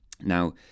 Now